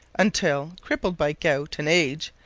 until, crippled by gout and age,